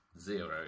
zero